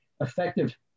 effective